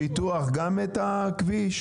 גם את הכביש?